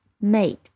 made